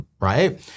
Right